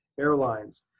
airlines